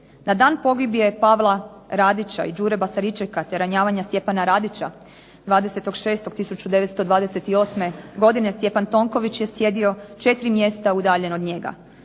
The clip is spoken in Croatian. Na dan pogibije Pavla Radića i Đure Basaričeka, te ranjavanje Stjepana Radića 20.6.1928. godine Stjepan Tonković je sjedio 4 mjesta udaljen od njega.